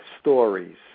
stories